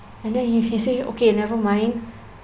and then if he say okay never mind